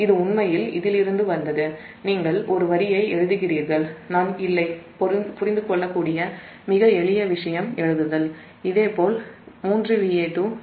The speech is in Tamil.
இது உண்மையில் இதிலிருந்து வந்தது நீங்கள் ஒரு வரியை எழுதுகிறீர்கள் நான் மிக எளிமையாக புரிந்து கொள்ளக்கூடிய விஷயம் எழுதியுள்ளேன்